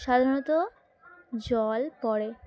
সাধারণত জল পড়ে